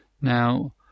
Now